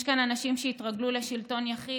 יש כאן אנשים שהתרגלו לשלטון יחיד.